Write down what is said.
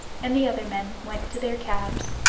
and the other men went to their cabs.